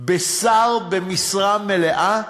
בשר במשרה מלאה,